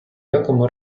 якому